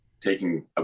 taking